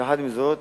יחד עם זאת,